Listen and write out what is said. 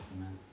amen